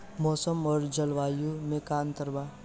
मौसम और जलवायु में का अंतर बा?